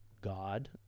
God